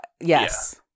yes